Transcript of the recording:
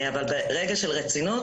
אבל ברגע של רצינות,